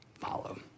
follow